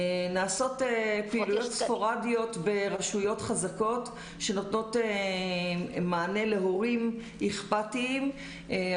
נעשות פעילויות ספורדיות ברשויות חזקות שנותנות מענה להורים אכפתיים,